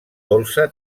dolça